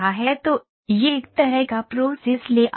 तो यह एक तरह का प्रोसेस लेआउट है